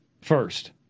first